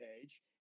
page